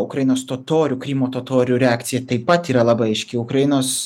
ukrainos totorių krymo totorių reakcija taip pat yra labai aiški ukrainos